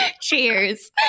Cheers